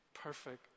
perfect